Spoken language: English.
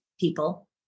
people